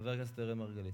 חבר הכנסת אראל מרגלית.